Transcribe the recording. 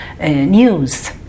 news